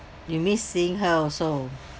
you missing her also